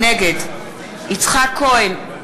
נגד יצחק כהן,